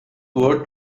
word